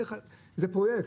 הרב-קו זה פרויקט,